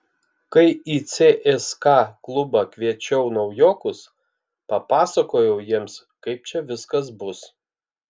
kai į cska klubą kviečiau naujokus papasakojau jiems kaip čia viskas bus